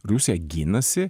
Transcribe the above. rusija ginasi